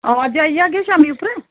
आ अज्ज आई जाह्गे शामीं उप्पर